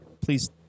Please